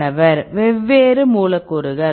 மாணவர் வெவ்வேறு மூலக்கூறுகள்